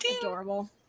adorable